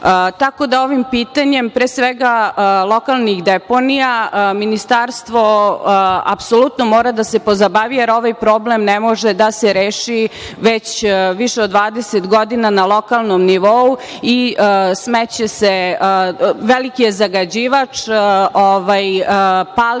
da ovim pitanjem pre svega lokalnih deponija Ministarstvo apsolutno mora da se pozabavi jer ovaj problem ne može da se reši već više od 20 godina na lokalnom nivou i smeće je veliki zagađivač, pali se,